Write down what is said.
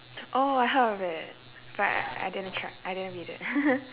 oh I heard of it but I I didn't check I didn't read it